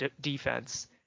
defense